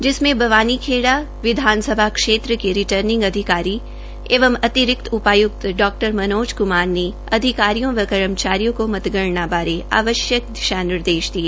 जिसमें बवानीखेड़ा विधानसभा क्षेत्र के रिर्टनिंग अधिकारी एवं अतिरिक्त उपाय्क्त डॉ मनोज कुमार ने अधिकारियों कर्मचारियों को मतगणना बारे आवश्यक दिशा निर्देश दिए